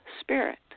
spirit